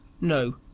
No